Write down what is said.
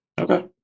Okay